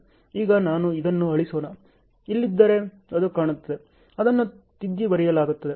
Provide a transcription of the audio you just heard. ಈಗ ನಾನು ಇದನ್ನು ಅಳಿಸೋಣ ಇಲ್ಲದಿದ್ದರೆ ಅದು ಕಾಣುತ್ತದೆ ಅದನ್ನು ತಿದ್ದಿ ಬರೆಯಲಾಗುತ್ತದೆ